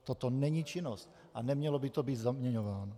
Toto není činnost a nemělo by to být zaměňováno.